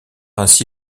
ainsi